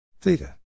theta